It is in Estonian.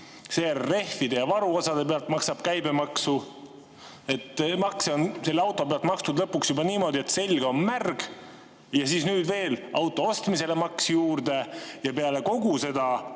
rehvide ja varuosade pealt maksab käibemaksu. Makse on selle auto pealt makstud lõpuks juba niimoodi, et selg on märg, ja nüüd tuleb veel auto ostmisele maks peale ja peale kogu seda